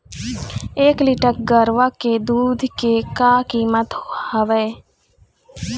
एक लीटर गरवा के दूध के का कीमत हवए?